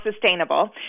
sustainable